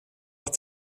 att